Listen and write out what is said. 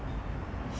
sorry